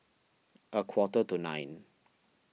a quarter to nine